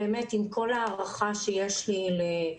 באמת עם כל ההערכה שיש לי לרויטל,